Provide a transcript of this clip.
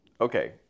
Okay